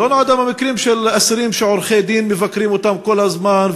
היא לא נועדה למקרים של אסירים שעורכי-דין מבקרים אותם כל הזמן,